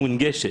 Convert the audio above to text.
מונגשת.